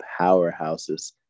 powerhouses